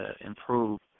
improve